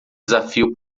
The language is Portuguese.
desafio